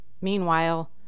Meanwhile